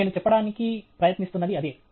నేను చెప్పడానికి ప్రయత్నిస్తున్నది అదే